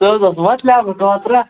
سُہ حظ اوس وۅتلیٚومُت اوترٕ